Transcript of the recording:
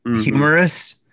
humorous